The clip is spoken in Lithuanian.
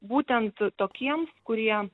būtent tokiems kurie